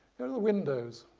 here are the windows.